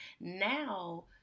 now